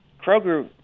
Kroger